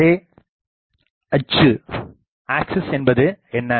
array அச்சு axis என்பது என்ன